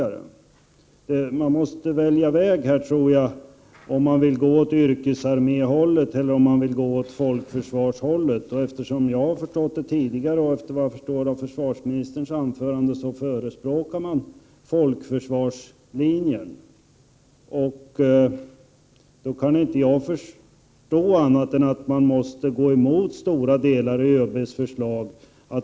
Jag tror att man måste välja väg, om man vill gå i riktning mot en yrkesarmé eller om man vill gå i riktning mot ett folkförsvar. Såvitt jag tidigare har förstått och såvitt jag förstår av försvarsministerns anförande förespråkas folkförsvarslinjen. Då kan jag inte förstå annat än att man måste gå emot stora delar i ÖB:s förslag.